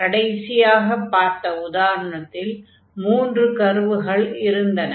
கடைசியாக பார்த்த உதாரணத்தில் மூன்று கர்வுகள் இருந்தன